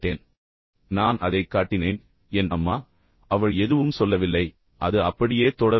சரி நான் அதைக் காட்டினேன் அதனால் என் அம்மா அவள் எதுவும் சொல்லவில்லை இப்போது அது அப்படியே தொடர்ந்தது